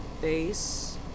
base